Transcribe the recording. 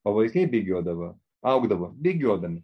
o vaikai bėgiodavo augdavo bėgiodami